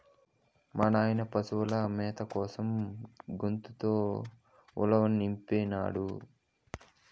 మా నాయన పశుల మేత కోసం గోతంతో ఉలవనిపినాడు